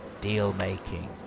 deal-making